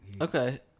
Okay